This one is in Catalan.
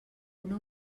una